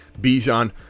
Bijan